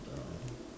ah